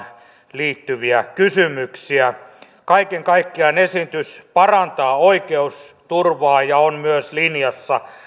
liittyviä kysymyksiä kaiken kaikkiaan esitys parantaa oikeusturvaa ja on myös linjassa